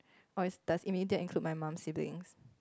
or is does immediate include my mum siblings